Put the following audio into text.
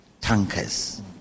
tankers